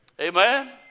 Amen